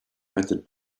method